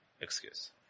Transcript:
excuse